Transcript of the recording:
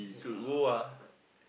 yeah